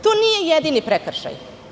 To nije jedini prekršaj.